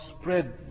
spread